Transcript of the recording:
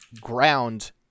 ground